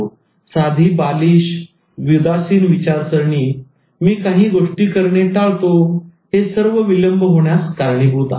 आणि साधी बालिश उदासीन विचारसरणी मी काही गोष्टी करणे टाळतो हे सर्व विलंब होण्यास कारणीभूत आहे